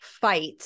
fight